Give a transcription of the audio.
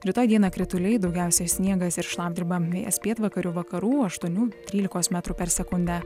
rytoj dieną krituliai daugiausia sniegas ir šlapdriba vėjas pietvakarių vakarų aštuonių trylikos metrų per sekundę